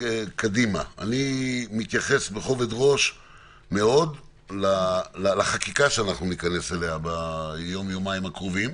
אני מתייחס בכובד ראש מאוד לחקיקה שניכנס אליה ביום-יומיים הקרובים,